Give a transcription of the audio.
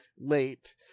late